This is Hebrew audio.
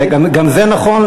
גם זה נכון,